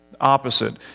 opposite